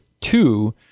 two